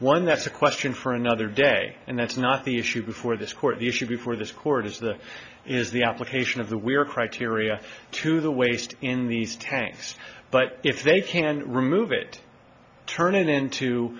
one that's a question for another day and that's not the issue before this court the issue before this court is the is the application of the we are criteria to the waste in these tanks but if they can remove it turn it into